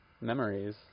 memories